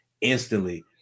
instantly